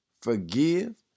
forgive